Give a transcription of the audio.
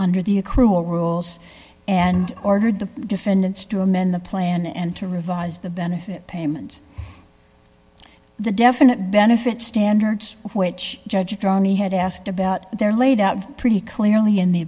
under the accrual rules and ordered the defendants to amend the plan and to revise the benefit payment the definite benefit standards which judge ronnie had asked about they're laid out pretty clearly in the